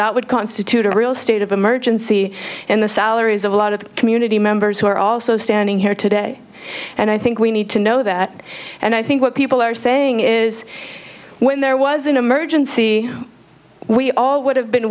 that would constitute a real state of emergency in the salaries of a lot of the community members who are also standing here today and i think we need to know that and i think what people are saying is when there was an emergency we all would have been